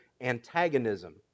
antagonism